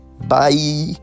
bye